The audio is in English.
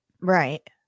Right